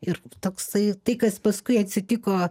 ir toksai tai kas paskui atsitiko